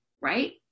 right